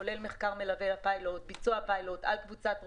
כולל מחקר מלווה וביצוע הפיילוט על קבוצת רוכבים,